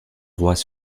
droits